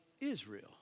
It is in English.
Israel